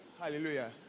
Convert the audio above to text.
Hallelujah